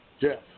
Jeff